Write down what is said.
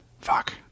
Fuck